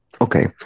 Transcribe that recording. Okay